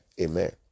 amen